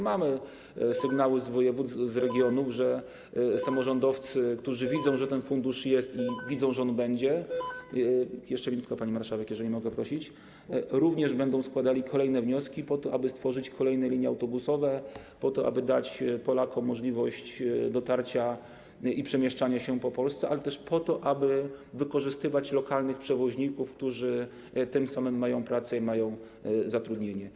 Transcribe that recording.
Mamy sygnały z województw i z regionów świadczące o tym, że samorządowcy, którzy widzą, że ten fundusz jest, i widzą, że on będzie - jeszcze minutka, pani marszałek, jeżeli mogę prosić - również będą składali kolejne wnioski po to, aby stworzyć kolejne linie autobusowe, po to, aby dać Polakom możliwość dotarcia i przemieszczania się po Polsce, ale też po to, aby wykorzystywać lokalnych przewoźników, którzy tym samym mają pracę i zatrudnienie.